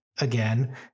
again